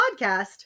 podcast